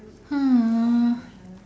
um